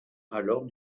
alors